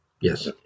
Yes